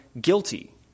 guilty